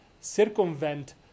circumvent